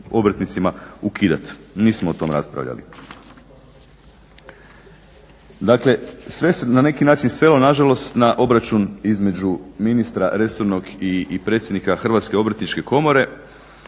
obrtnicima ukidati. Nismo o to raspravljali. Dakle, sve se na neki način svelo na žalost na obračun između ministra resornog i predsjednika Hrvatske obrtničke komore